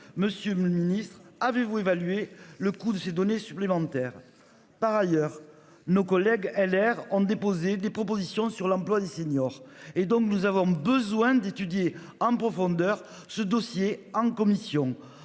Monsieur le Ministre, avez-vous évalué le coût de ces données supplémentaires par ailleurs nos collègues LR ont déposé des propositions sur l'emploi des seniors et donc nous avons besoin d'étudier en profondeur ce dossier en commission.